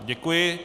Děkuji.